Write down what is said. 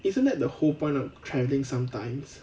isn't that the whole point of travelling sometimes